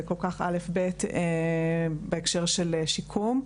זה כל כך א'-ב' בהקשר של שיקום.